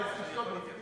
הייתי צריך מעבר לזמן.